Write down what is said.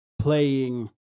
playing